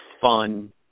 fun